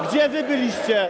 Gdzie wy byliście?